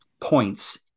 points